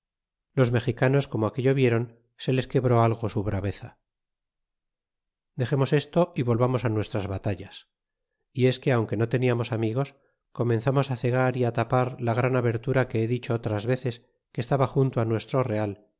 los mexicanos como aquello vieron se les quebró a go su braveza dexemos esto y volvamos á nuestras batallas y es que aunque no teníamos amigos comenzamos cegar y atapar la gran abertura que he dicho otras veces que estaba junto nuestro real